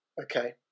Okay